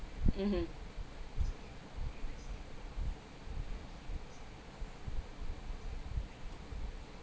mmhmm